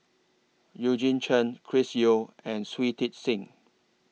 Eugene Chen Chris Yeo and Shui Tit Sing